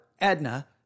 Edna